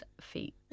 feet